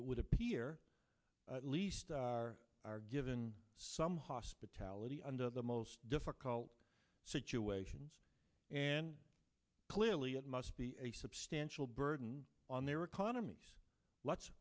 it would appear at least given some hospitality under the most difficult situations and clearly it must be a substantial burden on their economies let's